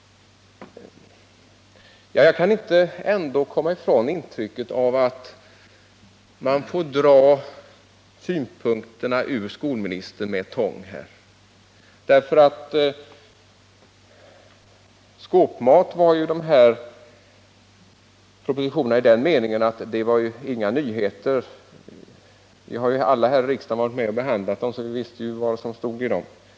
Jag kan ändå inte komma ifrån intrycket att man här får dra synpunkterna ur skolministern med tång. Skåpmat var de här propositionerna i den meningen att det inte var några nyheter. Vi har alla här i riksdagen varit med och behandlat dem, så vi visste ju vad som stod i dem.